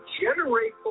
generate